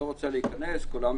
אני לא אכנס לזה, אבל כולם מכירים.